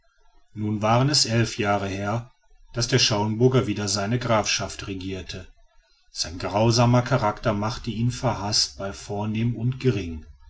nun waren es elf jahre her daß der schauenburger wieder seine grafschaft regierte sein grausamer charakter machte ihn verhaßt bei vornehm und gering